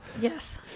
yes